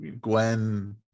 Gwen